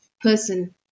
person